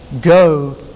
Go